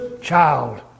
child